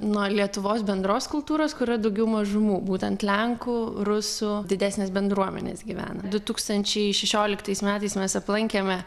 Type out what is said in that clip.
nuo lietuvos bendros kultūros kur yra daugiau mažumų būtent lenkų rusų didesnės bendruomenės gyvena du tūkstančiai šešioliktais metais mes aplankėme